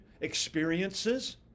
experiences